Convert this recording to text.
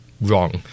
wrong